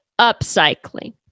upcycling